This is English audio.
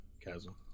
chasm